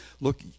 look